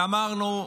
ואמרנו,